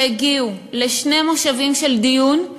לשני מושבים של דיון,